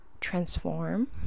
transform